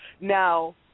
Now